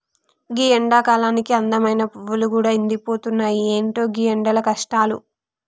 గీ ఎండకాలానికి అందమైన పువ్వులు గూడా ఎండిపోతున్నాయి, ఎంటో గీ ఎండల కష్టాలు